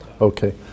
Okay